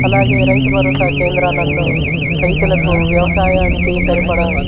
అలాగే రైతు భరోసా కేంద్రాలలో రైతులకు వ్యవసాయానికి సరిపడా